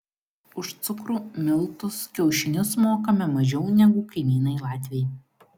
už cukrų miltus kiaušinius mokame mažiau negu kaimynai latviai